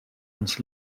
ons